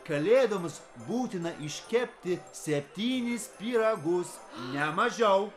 kalėdoms būtina iškepti septynis pyragus ne mažiau